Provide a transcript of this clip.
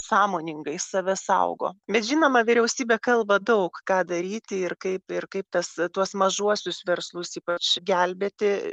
sąmoningai save saugo bet žinoma vyriausybė kalba daug ką daryti ir kaip ir kaip tas tuos mažuosius verslus ypač gelbėti